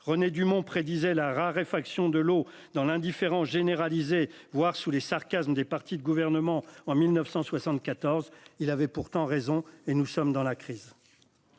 René Dumont prédisaient la raréfaction de l'eau dans l'indifférence généralisée voir sous les sarcasmes des partis de gouvernement en 1974, il avait pourtant raison et nous sommes dans la crise.